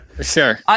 Sure